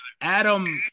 Adam